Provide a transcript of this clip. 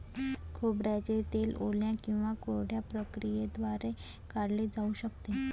खोबऱ्याचे तेल ओल्या किंवा कोरड्या प्रक्रियेद्वारे काढले जाऊ शकते